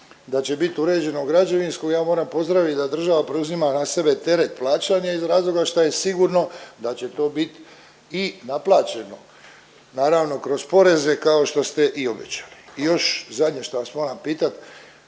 da će bit uređeno građevinsko, ja moram pozdravit da država preuzima na sebe teret plaćanja iz razloga što je sigurno da će to bit i naplaćeno naravno kroz poreze kao što ste i obećali. I još zadnje što vas moram pitati,